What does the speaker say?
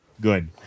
Good